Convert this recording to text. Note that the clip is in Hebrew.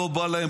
לא בא להם,